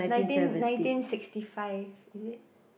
nineteen nineteen sixty five is it